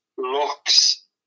Looks